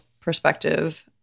perspective